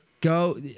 Go